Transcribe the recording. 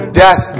death